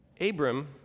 Abram